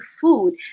food